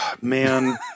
Man